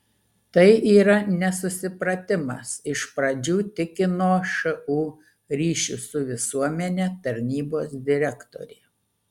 tai yra nesusipratimas iš pradžių tikino šu ryšių su visuomene tarnybos direktorė